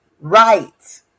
right